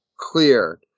Clear